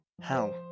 Hell